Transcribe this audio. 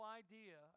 idea